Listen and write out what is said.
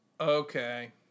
Okay